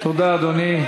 תודה, אדוני.